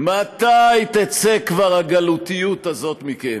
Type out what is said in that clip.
מתי תצא כבר הגלותיות הזאת מכם?